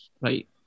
right